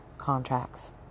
contracts